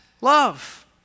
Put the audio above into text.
love